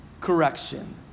correction